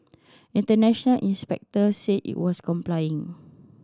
international inspectors said it was complying